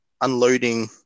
unloading